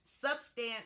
Substance